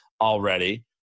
already